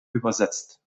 übersetzt